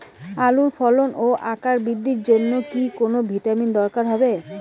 আলুর ফলন ও আকার বৃদ্ধির জন্য কি কোনো ভিটামিন দরকার হবে?